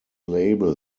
label